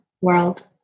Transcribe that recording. world